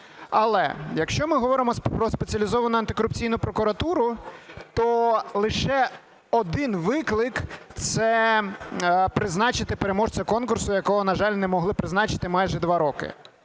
Але якщо ми говоримо про Спеціалізовану антикорупційну прокуратуру, то лише один виклик – це призначити переможця конкурсу, якого, на жаль, не могли призначити майже два роки.